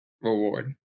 reward